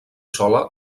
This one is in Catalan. sola